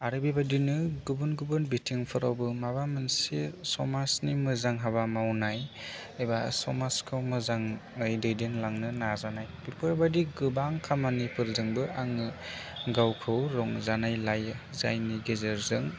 आरो बेबायदिनो गुबुन गुबुन बिथिंफोरावबो माबा मोनसे समाजनि मोजां हाबा मावनाय एबा समाजखौ मोजाङै दैदेनलांनो नाजानाय बेफोरबायदि गोबां खामानिफोरजोंबो आङो गावखौ रंजानाय लायो जायनि गेजेरजों